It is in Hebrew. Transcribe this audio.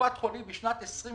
לקופת חולים בשנת 2020